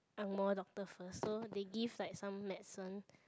angmoh doctor first so they give like some medicine